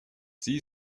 sie